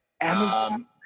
Amazon